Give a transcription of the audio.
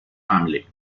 family